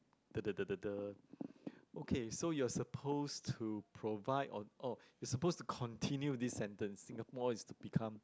the the the the okay so you are supposed to provide on oh you supposed to continue this sentence Singapore is become